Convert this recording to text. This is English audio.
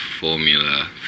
formula